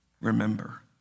remember